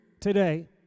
today